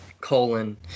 colon